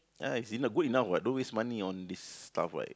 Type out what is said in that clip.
ah it's enough good enough [what] don't waste money on this stuff [what]